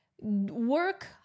work